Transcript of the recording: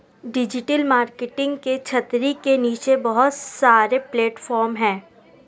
digital marketing की छतरी के नीचे बहुत सारे प्लेटफॉर्म हैं